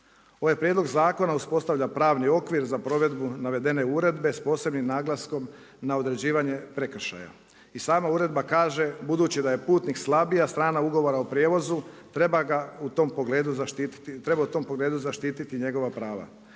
Ovaj prijedlog zakon uspostavlja pravni okvir za provedbu navedene uredbe sa posebnim naglaskom na određivanje prekršaja. I sam uredba kaže „Budući da je putnik slabija strana Ugovora o prijevozu, treba u tom pogledu zaštititi njegova prava.“